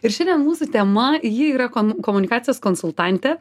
ir šiandien mūsų tema ji yra kon komunikacijos konsultantė